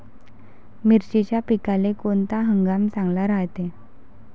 मिर्चीच्या पिकाले कोनता हंगाम चांगला रायते?